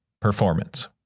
performance